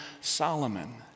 Solomon